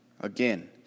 Again